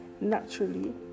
Naturally